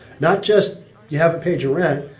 not just you haven't paid your rent.